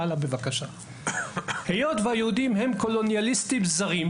ה׳ - היות והיהודים הם קולוניאליסטים זרים,